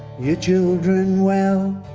your children well,